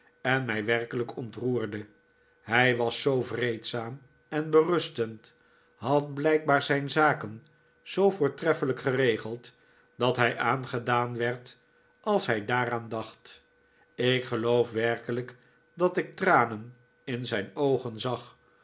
en mij werkelijk ontroerde hij was zoo vreedzaam en berustend had blijkbaar zijn zaken zoo voortreffelijk geregeld dat hij aangedaan werd als hij daaraan dacht ik geloof werkelijk dat ik tranen in zijn oogen zag